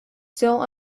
still